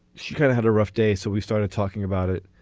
she kind of had a rough day. so we started talking about it